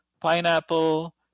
pineapple